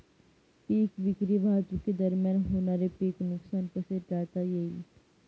पीक विक्री वाहतुकीदरम्यान होणारे पीक नुकसान कसे टाळता येईल?